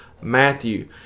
Matthew